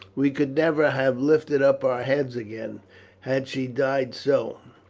we could never have lifted up our heads again had she died so.